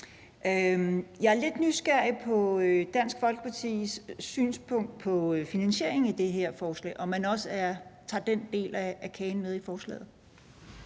Jeg er lidt nysgerrig på Dansk Folkepartis synspunkt om finansieringen i det her forslag, altså om man også tager den del af kagen med i forslaget.